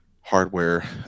hardware